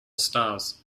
stars